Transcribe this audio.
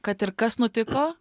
kad ir kas nutiko